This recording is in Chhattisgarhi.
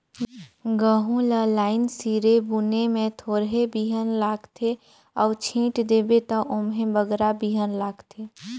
गहूँ ल लाईन सिरे बुने में थोरहें बीहन लागथे अउ छींट देबे ता ओम्हें बगरा बीहन लागथे